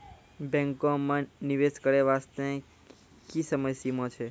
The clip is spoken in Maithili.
बैंको माई निवेश करे बास्ते की समय सीमा छै?